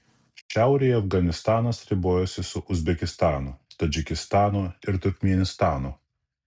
šiaurėje afganistanas ribojasi su uzbekistanu tadžikistanu ir turkmėnistanu